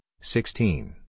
sixteen